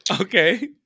okay